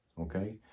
Okay